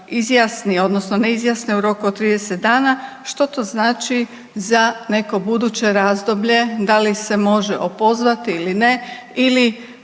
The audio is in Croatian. izjasni odnosno ne izjasni u roku od 30 dana. Što to znači za neko buduće razdoblje, da li se može opozvati ili ne ili